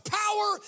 power